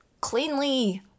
cleanly